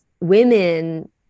women